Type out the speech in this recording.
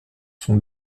sont